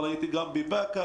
אבל הייתי גם בבקה,